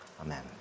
Amen